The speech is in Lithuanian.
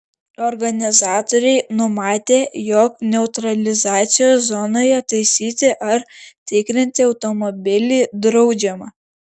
organizatoriai numatę jog neutralizacijos zonoje taisyti ar tikrinti automobilį draudžiama